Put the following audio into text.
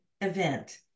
event